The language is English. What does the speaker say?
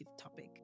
topic